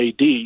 AD